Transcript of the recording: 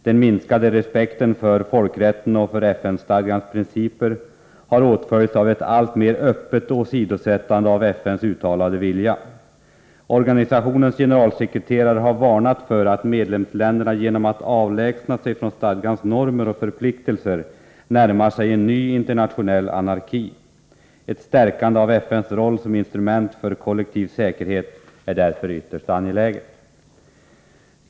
Den minskade respekten för folkrätten och FN-stadgans principer har åtföljts av ett alltmer öppet åsidosättande av FN:s uttalade vilja. Organisationens generalsekreterare har varnat för att medlemsländerna genom att avlägsna sig från stadgans normer och förpliktelser närmar sig en ny internationell anarki. Ett stärkande av FN:s roll som instrument för kollektiv säkerhet är därför ytterst angeläget.